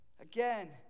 Again